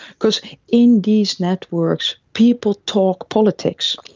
because in these networks people talk politics.